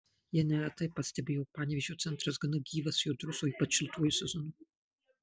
jie neretai pastebi jog panevėžio centras gana gyvas judrus o ypač šiltuoju sezonu